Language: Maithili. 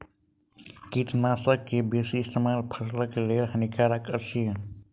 कीटनाशक के बेसी इस्तेमाल फसिलक लेल हानिकारक अछि